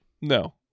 No